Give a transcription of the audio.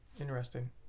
Interesting